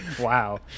Wow